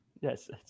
yes